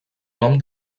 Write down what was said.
nom